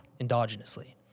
endogenously